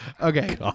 Okay